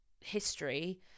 history